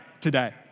today